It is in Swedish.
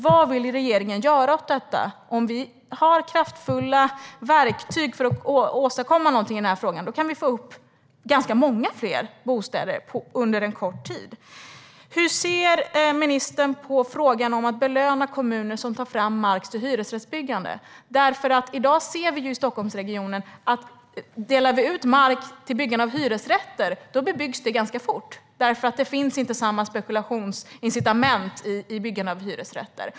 Vad vill regeringen göra åt detta? Om man har kraftfulla verktyg för att åstadkomma någonting i den här frågan, då kan man få många fler bostäder på kort tid. Hur ser ministern på frågan om att belöna kommuner som tar fram mark för hyresrättsbyggande? I dag ser vi i Stockholmsregionen att om man delar ut mark till byggande av hyresrätter bebyggs den ganska fort, därför att det inte finns samma spekulationsincitament i byggande av hyresrätter.